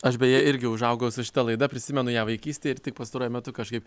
aš beje irgi užaugau su šita laida prisimenu ją vaikystėj ir tik pastaruoju metu kažkaip